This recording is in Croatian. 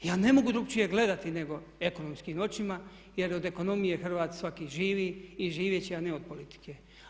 Ja ne mogu drukčije gledati nego ekonomskim očima, jer od ekonomije Hrvat svaki živi i živjet će, a ne od politike.